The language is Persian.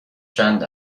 چند